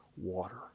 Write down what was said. water